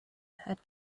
had